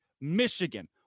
Michigan